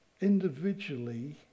individually